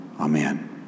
Amen